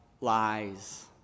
lies